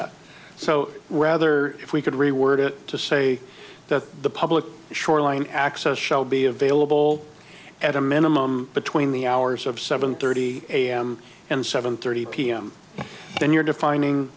that so rather if we could reword it to say that the public shoreline access shall be available at a minimum between the hours of seven thirty a m and seven thirty p m and you're defining